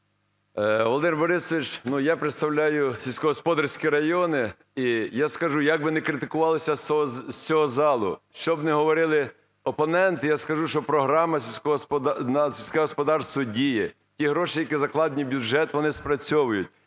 Володимире Борисовичу, ну, я представляю сільськогосподарські райони, і я скажу, як вони критикувалися з цього залу, що б не говорили опоненти, я скажу, що програма на сільське господарство діє і гроші, які закладені в бюджет, вони спрацьовують.